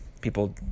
People